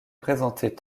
présentées